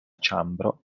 ĉambro